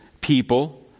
people